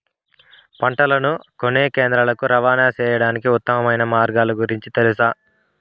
పంటలని కొనే కేంద్రాలు కు రవాణా సేయడానికి ఉత్తమమైన మార్గాల గురించి తెలుసా?